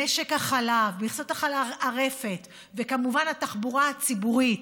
משק החלב, מכסות הרפת, וכמובן התחבורה הציבורית.